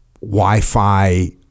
Wi-Fi